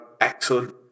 excellent